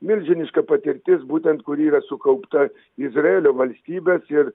milžiniška patirtis būtent kuri yra sukaupta izraelio valstybės ir